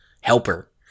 helper